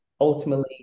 ultimately